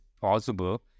possible